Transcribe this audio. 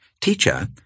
Teacher